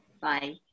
Bye